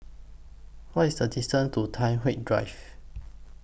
What IS The distance to Tai Hwan Drive